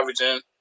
averaging